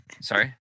Sorry